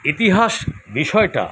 ইতিহাস বিষয়টা